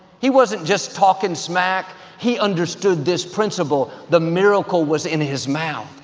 he wasn't just talking smack. he understood this principle, the miracle was in his mouth.